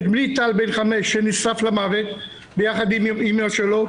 את בני טל בן חמש שנשרף למוות ביחד עם אימא שלו,